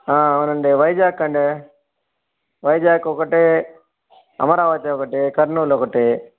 అవునండి వైజాగ్ అండి వైజాగ్ ఒకటి అమరావతి ఒకటి కర్నూల్ ఒకటి